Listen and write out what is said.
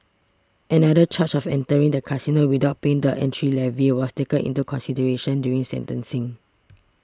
another charge of entering the casino without paying the entry levy was taken into consideration during sentencing